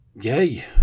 yay